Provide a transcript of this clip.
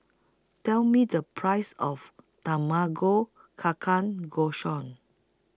Tell Me The Price of Tamago Ka Can Go